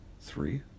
Three